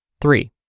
Three